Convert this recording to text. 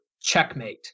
checkmate